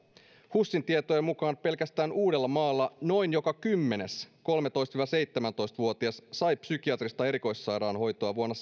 husin tietojen mukaan pelkästään uudellamaalla noin joka kymmenes kolmetoista viiva seitsemäntoista vuotias sai psykiatrista erikoissairaanhoitoa vuonna